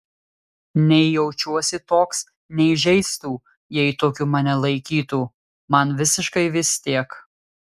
nei jaučiuosi toks nei žeistų jei tokiu mane laikytų man visiškai vis tiek